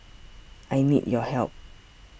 I need your help